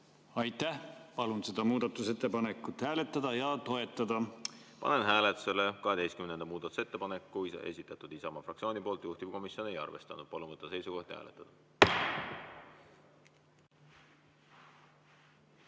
Aitäh! Palun seda muudatusettepanekut hääletada ja toetada. Panen hääletusele 12. muudatusettepaneku, esitatud Isamaa fraktsiooni poolt. Juhtivkomisjon ei ole arvestanud. Palun võtta seisukoht ja hääletada!